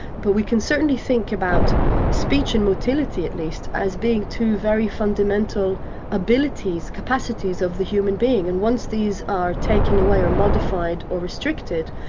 but we can certainly think about speech and motility at least as being two very fundamental abilities, capacities of the human being, and once these are taken away and modified or restricted,